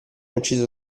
ucciso